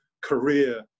career